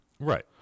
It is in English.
Right